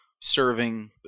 serving